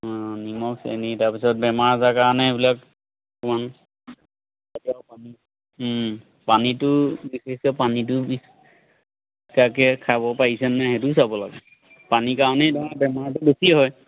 অঁ নিমখ চেনি তাৰপিছত বেমাৰ আজাৰ কাৰণে এইবিলাক তাকে পানী পানীটো বিশেষকৈ পানীটো পৰিষ্কাৰকৈ খাব পাৰিছে নাই সেইটোও চাব লাগে পানীৰ কাৰণেই ধৰা বেমাৰটো বেছি হয়